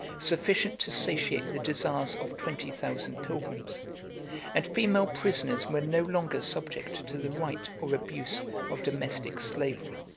sufficient to satiate the desires of twenty thousand pilgrims and female prisoners were no longer subject to the right or abuse of domestic slavery.